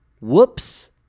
Whoops